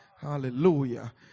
Hallelujah